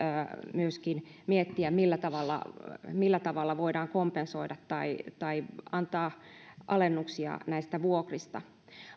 myöskin miettiä millä tavalla millä tavalla voidaan kompensoida tai tai antaa alennuksia näistä vuokrista